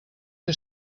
que